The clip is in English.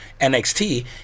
NXT